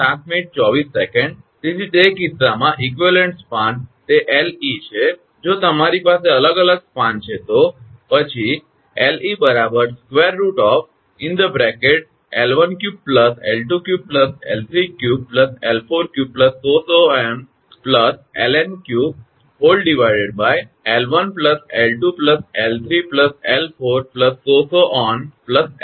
તેથી તે કિસ્સામાં સમકક્ષ સ્પાન તે 𝐿𝑒 છે જો તમારી પાસે અલગ સ્પાન છે તો પછી 𝐿𝑒 √𝐿13 𝐿23 𝐿33 𝐿43 ⋯ 𝐿𝑛3 𝐿1 𝐿2 𝐿3 𝐿4 ⋯ 𝐿𝑛